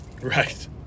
Right